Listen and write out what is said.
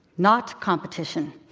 not competition.